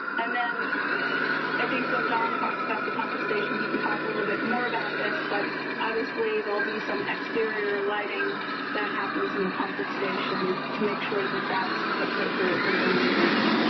and then i think when john talks about the compensation. he can talk a little bit more about this. but obviously, there'll be some exterior lighting that happens in the comfort station to make sure that that's appropriately illuminated